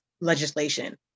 legislation